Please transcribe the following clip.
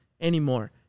anymore